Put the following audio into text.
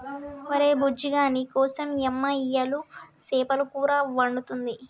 ఒరే బుజ్జిగా నీకోసం యమ్మ ఇయ్యలు సేపల కూర వండుతుంది